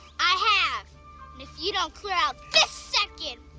i have, and if you don't clear out this second,